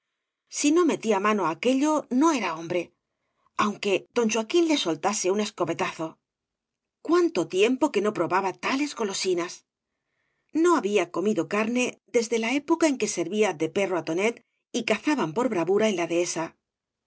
sí no metía mano á aquello no era hombre aunque don joa quín le soltase un egcopetazo cuánto tiempo que no probaba tales golosinas no había comido carne desde la época en que servía de perro á tonet y cazaban por bravura en la dehesa